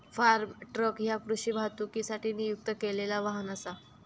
form truck ह्या कृषी वाहतुकीसाठी नियुक्त केलेला वाहन असा